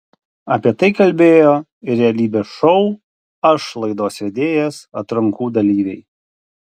apie tai kalbėjo ir realybės šou aš laidos vedėjas atrankų dalyviai